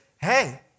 Hey